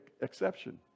exception